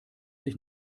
sich